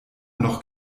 noch